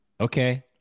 okay